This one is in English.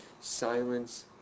Silence